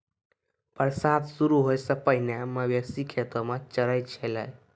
बरसात शुरू होय सें पहिने मवेशी खेतो म चरय छलै